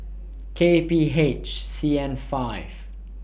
K P H C N five